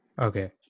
Okay